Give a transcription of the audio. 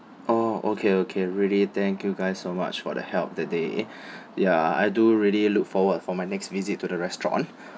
orh okay okay already thank you guys so much for the help that day ya I do really look forward for my next visit to the restaurant